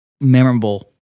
memorable